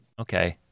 Okay